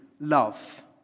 love